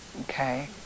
Okay